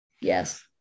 Yes